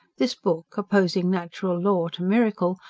this book, opposing natural law to miracle,